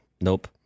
nope